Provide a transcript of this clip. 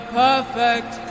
perfect